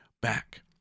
back